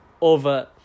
over